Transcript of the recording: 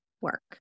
work